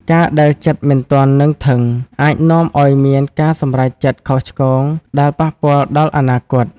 ការដែលចិត្តមិនទាន់នឹងធឹង អាចនាំឱ្យមានការសម្រេចចិត្តខុសឆ្គងដែលប៉ះពាល់ដល់អនាគត។